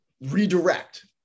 redirect